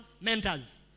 mentors